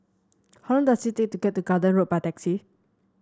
how long does it take to get to Garden Road by taxi